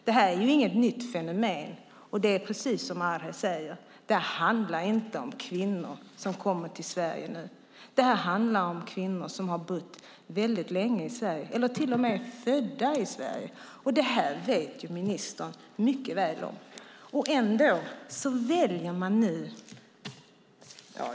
Detta är inget nytt fenomen, och det är precis som Arhe säger: Det handlar inte om kvinnor som kommer till Sverige nu. Det handlar om kvinnor som har bott väldigt länge i Sverige eller till och med är födda i Sverige. Detta vet ministern mycket väl om.